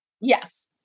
Yes